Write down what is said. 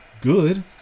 good